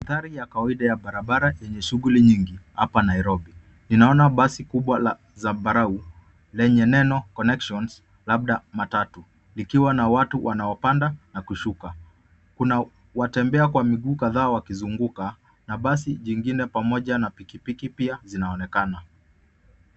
Dari ya kawaida ya barabara lenye shughuli nyingi hapa Nairobi. Nina ona basi kubwa la zambarau lenye neno Connections labda matatu likiwa na watu wanao panda na kushuka kuna wakutembea kwa miguu kadhaa wakizunguka na basi jingine pamoja na pikipiki pia zinaonekana.